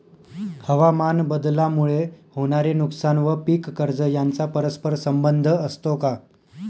हवामानबदलामुळे होणारे नुकसान व पीक कर्ज यांचा परस्पर संबंध असतो का?